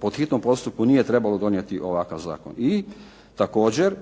po hitnom postupku nije trebalo donijeti ovakav zakon. I također